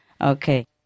Okay